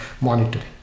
monitoring